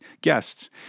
guests